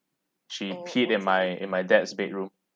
she peed in my in my dad's bedroom